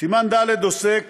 עוסק